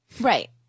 right